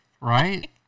Right